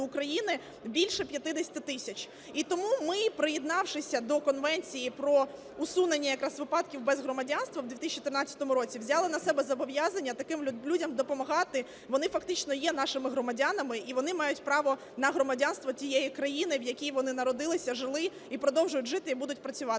України, більше 50 тисяч. І тому ми, приєднавшись до Конвенції про усунення якраз випадків без громадянства в 2013 році, взяли на себе зобов’язання таким людям допомагати. Вони фактично є нашими громадянами і вони мають право на громадянство тієї країни, в якій вони народилися, жили, і продовжують жити, і будуть працювати.